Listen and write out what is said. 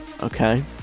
okay